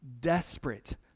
desperate